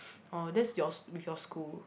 orh that's yours with your school